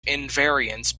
invariance